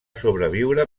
sobreviure